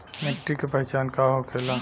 मिट्टी के पहचान का होखे ला?